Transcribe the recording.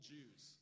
Jews